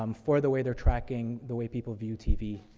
um for the way they're tracking the way people view tv.